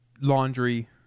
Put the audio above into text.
laundry